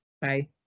Bye